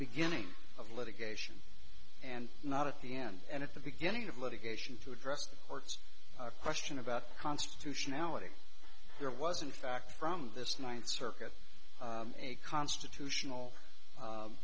beginning of litigation and not at the end at the beginning of litigation to address the court's question about constitutionality there wasn't a factor from this ninth circuit a constitutional